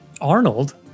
Arnold